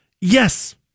yes